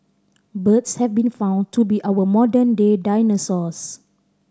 birds have been found to be our modern day dinosaurs